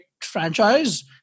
franchise